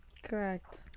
Correct